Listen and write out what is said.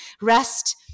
rest